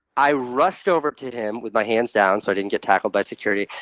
i rushed over to him, with my hands down so i didn't get tackled by security,